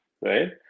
right